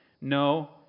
No